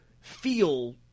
feel